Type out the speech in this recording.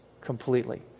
completely